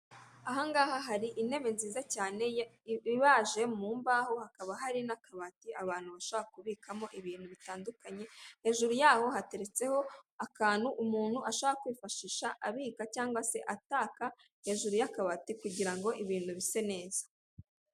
Aha ngaha hari intebe nziza cyane ibaje mu mbaho, hakaba hari n'akabati abantu ashobora kubikamo ibintu bitandukanye, hejuru yaho hateretseho akantu umuntu ashobora kwifashisha cyangwa se ataka hejuru y'akabati kugira ngo ibintu bise neza.